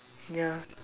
ya